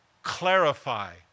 Clarify